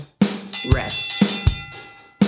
rest